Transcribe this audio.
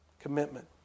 Commitment